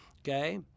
Okay